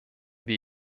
wir